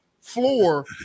floor